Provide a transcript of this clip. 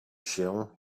się